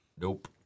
Nope